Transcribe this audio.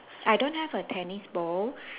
I don't have a tennis ball